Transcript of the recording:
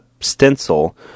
stencil